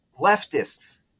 leftists